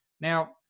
Now